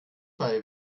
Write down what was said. bei